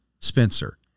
Spencer